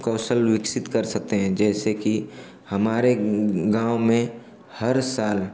कौशल विकसित कर सकते हैं जैसे कि हमारे गाँव में हर साल